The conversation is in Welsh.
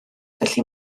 felly